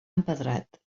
empedrat